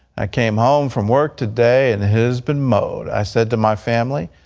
i came home from work today, and it has been mowed. i said to my family,